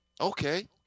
Okay